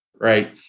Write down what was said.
right